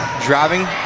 Driving